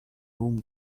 room